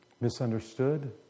misunderstood